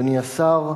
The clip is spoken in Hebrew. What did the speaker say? אדוני השר,